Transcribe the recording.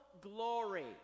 glory